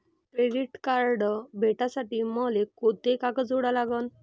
Credit card भेटासाठी मले कोंते कागद जोडा लागन?